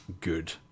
good